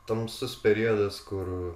tamsus periodas kur